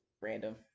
random